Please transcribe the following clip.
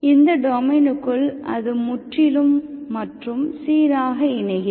இந்த டொமைனுக்குள் அது முற்றிலும் மற்றும் சீராக இணைகிறது